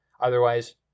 Otherwise